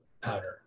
powder